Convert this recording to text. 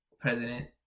president